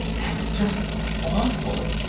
that's just awful,